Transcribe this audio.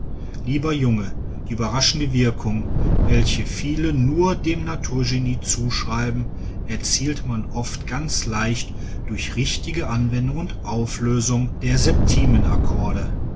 lieber junge die überraschenden wirkungen welche viele nur dem naturgenie zuschreiben erzielt man oft ganz leicht durch richtige anwendung und auflösung der